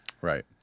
Right